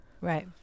Right